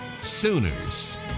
Sooners